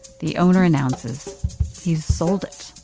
the owner announces he's sold it.